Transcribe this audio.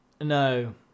No